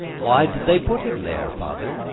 why did they put him there, father?